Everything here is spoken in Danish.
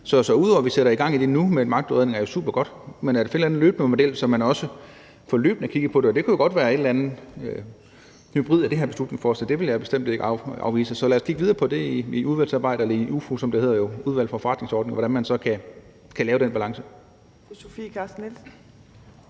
Så ud over at vi sætter gang i det nu, og en magtudredning er jo super godt, kunne man finde en anden model, så man også løbende får kigget på det. Det kunne jo godt være en hybrid af det her beslutningsforslag og noget andet. Det vil jeg bestemt ikke afvise. Så lad os kigge videre på i udvalgsarbejdet eller i Udvalget for Forretningsordenen, hvordan man så kan lave den balance.